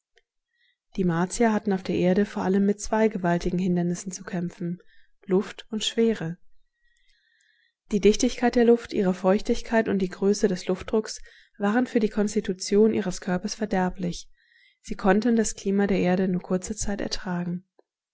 die martier hatten auf der erde vor allem mit zwei gewaltigen hindernissen zu kämpfen luft und schwere die dichtigkeit der luft ihre feuchtigkeit und die größe des luftdrucks waren für die konstitution ihres körpers verderblich sie konnten das klima der erde nur kurze zeit ertragen